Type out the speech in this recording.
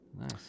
Nice